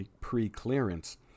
pre-clearance